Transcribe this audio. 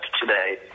today